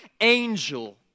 angel